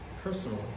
personal